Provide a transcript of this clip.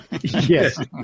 yes